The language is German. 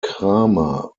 cramer